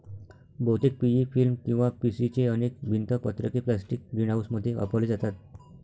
बहुतेक PE film किंवा PC ची अनेक भिंत पत्रके प्लास्टिक ग्रीनहाऊसमध्ये वापरली जातात